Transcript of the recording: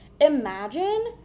Imagine